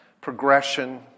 progression